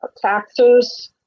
taxes